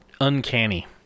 uncanny